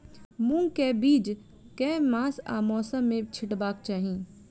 मूंग केँ बीज केँ मास आ मौसम मे छिटबाक चाहि?